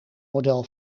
model